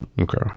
Okay